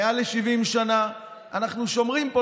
מעל ל-70 שנה אנחנו שומרים פה,